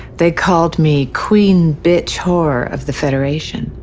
they called me queen, bitch, whore of the federation.